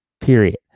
period